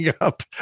up